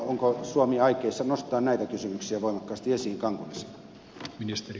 onko suomi aikeissa nostaa näitä kysymyksiä voimakkaasti esiin cancunissa